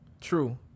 True